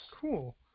Cool